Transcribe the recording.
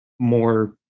more